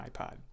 ipod